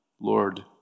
Lord